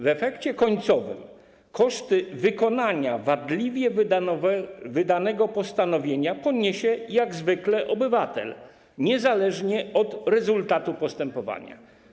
W efekcie końcowym koszty wykonania wadliwie wydanego postanowienia poniesie jak zwykle obywatel, niezależnie od rezultatu postępowania.